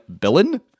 billion